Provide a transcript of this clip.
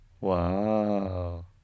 Wow